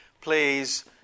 plays